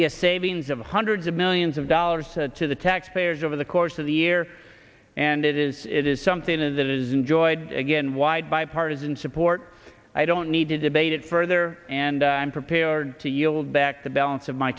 be a savings of hundreds of millions of dollars to the taxpayers over the course of the year and it is it is something that is enjoyed again wide bipartisan support i don't need to debate it further and i'm prepared to yield back the balance of my